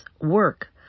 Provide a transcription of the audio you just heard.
work